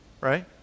right